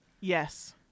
Yes